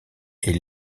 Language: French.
est